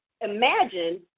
Imagine